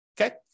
okay